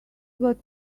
got